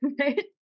right